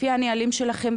לפי הנהלים שלכם,